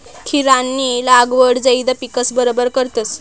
खीरानी लागवड झैद पिकस बरोबर करतस